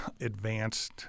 advanced